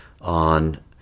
on